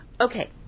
Okay